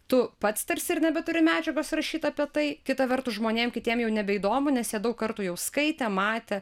tu pats tarsi ir nebeturi medžiagos rašyt apie tai kita vertus žmonėm kitiem jau nebeįdomu nes jie daug kartų jau skaitė matė